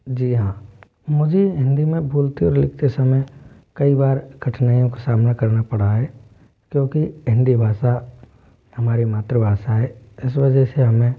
जी हाँ मुझे हिंदी में बोलते और लिखते समय कई बार कठिनाइयों का सामना करना पड़ा है क्योंकि हिंदी भाषा हमारी मात्र भाषा है इस वजह से हमें